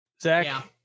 Zach